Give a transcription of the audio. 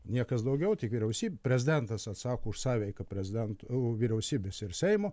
niekas daugiau tik vyriausyb prezidentas atsako už sąveiką prezidento vyriausybės ir seimo